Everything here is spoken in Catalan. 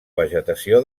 vegetació